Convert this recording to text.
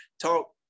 talk